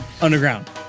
underground